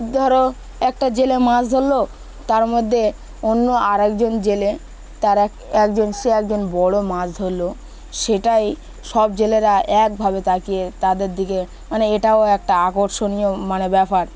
ধরো একটা জেলে মাছ ধরলো তার মধ্যে অন্য আরেকজন জেলে তার এক একজন সে একজন বড়ো মাছ ধরলো সেটাই সব জেলেরা একভাবে তাকিয়ে তাদের দিকে মানে এটাও একটা আকর্ষণীয় মানে ব্যাপার